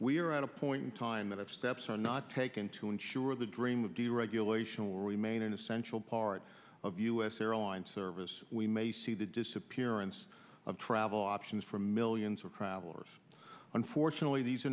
are at a point in time that up steps are not taken to ensure the dream of deregulation will remain an essential part of u s airline service we may see the disappearance of travel options for millions of travelers unfortunately these are